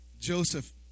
Joseph